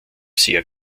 sehr